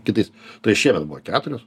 kitais tai šiemet buvo keturios